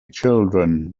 children